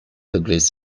degrees